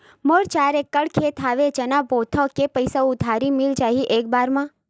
मोर चार एकड़ खेत हवे चना बोथव के पईसा उधारी मिल जाही एक बार मा?